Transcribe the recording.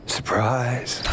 Surprise